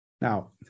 Now